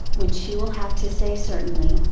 when she will have to say certainly,